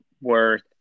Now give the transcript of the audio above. worth